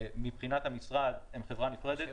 מבחינת המשרד הם חברה נפרדת.